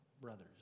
Brothers